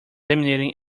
emitting